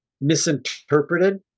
misinterpreted